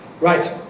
Right